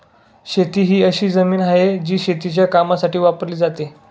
शेती ही अशी जमीन आहे, जी शेतीच्या कामासाठी वापरली जाते